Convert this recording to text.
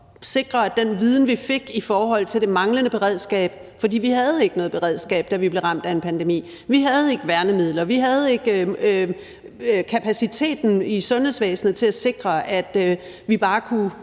bruger den viden, vi fik om det manglende beredskab. For vi havde ikke noget beredskab, da vi blev ramt af pandemien, vi havde ikke værnemidler, vi havde ikke kapaciteten i sundhedsvæsenet til at sikre, at vi bare kunne